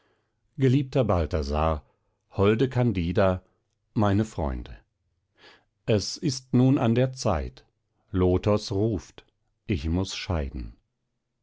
geliebter balthasar holde candida meine freunde es ist nun an der zeit lothos ruft ich muß scheiden